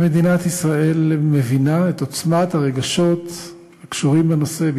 ומדינת ישראל מבינה את עוצמת הרגשות הקשורה בנושא,